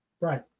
Right